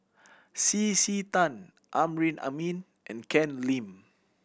C C Tan Amrin Amin and Ken Lim